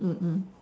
mm mm